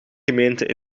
gemeente